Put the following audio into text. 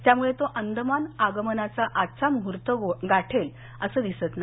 त्यामुळे तो अंदमान आगमनाचा आजचा मुहूर्त गाठेल असं दिसत नाही